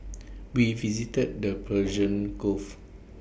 we visited the Persian gulf